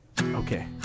Okay